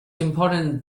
important